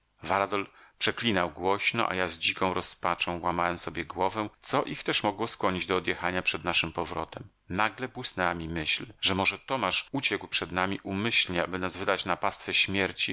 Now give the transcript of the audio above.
varadol przeklinał głośno a ja z dziką rozpaczą łamałem sobie głowę co ich też mogło skłonić do odjechania przed naszym powrotem nagle błysnęła mi myśl że może tomasz uciekł przed nami umyślnie aby nas wydać na pastwę śmierci